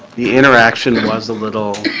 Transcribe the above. the interaction was a little